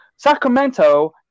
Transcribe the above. Sacramento